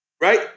Right